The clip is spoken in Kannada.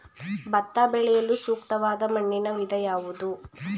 ಭತ್ತ ಬೆಳೆಯಲು ಸೂಕ್ತವಾದ ಮಣ್ಣಿನ ವಿಧ ಯಾವುದು?